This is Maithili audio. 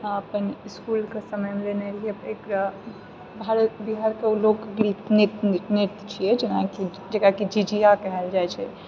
हँ अपन इसकुलके समयमे लेने रहिए एक भारत बिहारके लोकगीत नृत्य छिए जकराकि झिझिया कहल जाइ छै